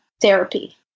therapy